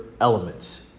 elements